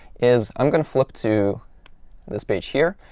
is i'm going to flip to this page here,